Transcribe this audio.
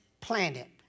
planet